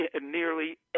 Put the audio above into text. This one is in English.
nearly